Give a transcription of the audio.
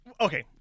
Okay